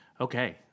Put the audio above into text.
Okay